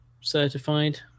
certified